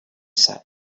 said